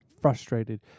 frustrated